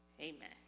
Amen